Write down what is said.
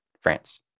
france